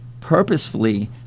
purposefully